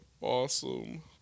awesome